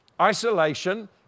Isolation